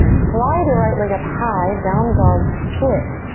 slide your right leg up high down dog split.